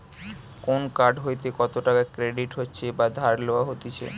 কোন কার্ড হইতে কত টাকা ক্রেডিট হচ্ছে বা ধার লেওয়া হতিছে